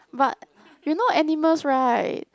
but you know animals right